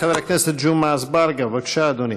חבר הכנסת ג'מעה אזברגה, בבקשה, אדוני.